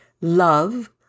love